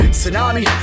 Tsunami